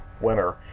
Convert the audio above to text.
winner